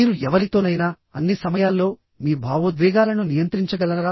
మీరు ఎవరితోనైనా అన్ని సమయాల్లో మీ భావోద్వేగాలను నియంత్రించగలరా